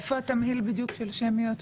בדיוק.